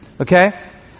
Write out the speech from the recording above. okay